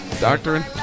doctrine